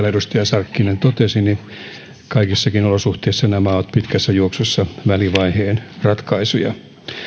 edustaja sarkkinen totesi kaikissakin olosuhteissa nämä ovat pitkässä juoksussa välivaiheen ratkaisuja